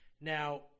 Now